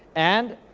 and